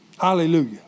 Hallelujah